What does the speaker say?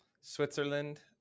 Switzerland